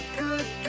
good